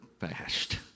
fast